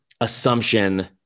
assumption